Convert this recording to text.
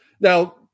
Now